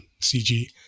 CG